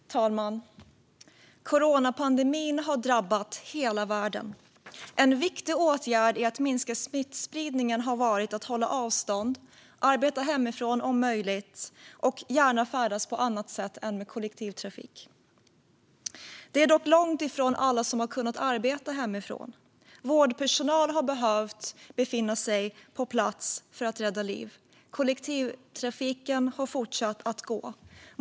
Herr ålderspresident! Coronapandemin har drabbat hela världen. En viktig åtgärd för att minska smittspridningen har varit att hålla avstånd, om möjligt arbeta hemifrån och gärna färdas på annat sätt än med kollektivtrafik. Det är dock långt ifrån alla som har kunnat arbeta hemifrån. Vårdpersonal har behövt befinna sig på plats för att rädda liv, och kollektivtrafiken har fortsatt att gå.